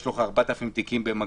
יש לו 4,000 תיקים במקביל.